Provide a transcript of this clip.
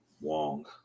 wong